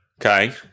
Okay